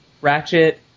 Ratchet